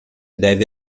deve